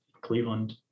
Cleveland